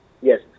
Yes